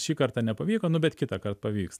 šį kartą nepavyko nu bet kitąkart pavyks